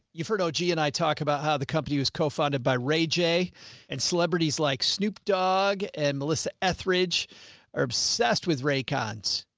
you've heard. oh, g and i talk about how the company was co-funded by ray j and celebrities like snoop dogg, and melissa etheridge are obsessed with ray cons.